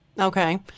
Okay